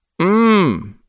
Mmm